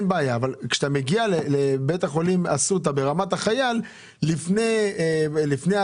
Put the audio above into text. אבל לא יכול להיות שתיתן עדיפות לאסותא ברמת החייל לפני הדסה,